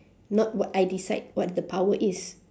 not what I decide what the power is